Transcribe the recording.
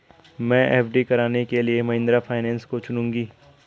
मैं एफ.डी कराने के लिए महिंद्रा फाइनेंस को चुनूंगी